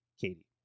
Katie